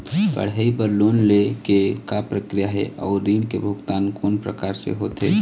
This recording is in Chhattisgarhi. पढ़ई बर लोन ले के का प्रक्रिया हे, अउ ऋण के भुगतान कोन प्रकार से होथे?